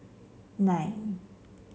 nine